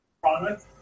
product